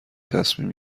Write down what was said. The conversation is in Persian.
تصمیم